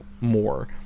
more